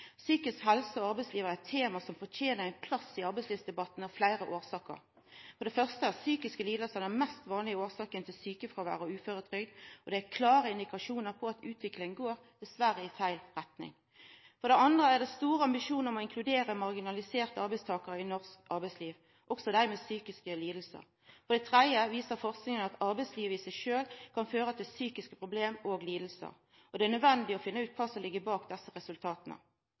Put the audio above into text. helse og arbeidsliv er et tema som fortjener en plass i arbeidslivsdebatten av flere årsaker. For det første er psykiske lidelser den nest vanligste årsaken til sykefravær og uføretrygding, og det er klare indikasjoner på at utviklingen går i feil retning. For det andre er det store ambisjoner om å inkludere marginaliserte arbeidstakere i norsk arbeidsliv, også de med psykiske lidelser. For det tredje viser forskningen at arbeidslivet i seg selv kan føre til psykiske problemer og lidelser, og det er nødvendig å finne ut hva som ligger bak disse resultatene.»